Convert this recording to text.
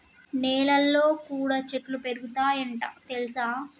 నెలల్లో కూడా చెట్లు పెరుగుతయ్ అంట తెల్సా